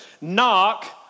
Knock